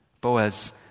Boaz